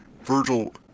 Virgil